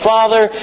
Father